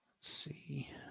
see